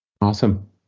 Awesome